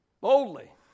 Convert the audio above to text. boldly